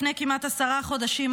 לפני כמעט עשרה חודשים,